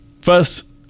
First